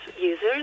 users